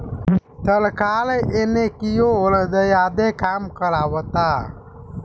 सरकार एने कियोर ज्यादे काम करावता